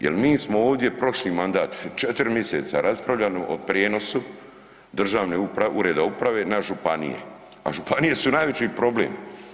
Jel mi smo ovdje prošli mandat, 4 miseca raspravljali o prijenosu državne uprave, ureda uprave na županije, a županije su najveći problem.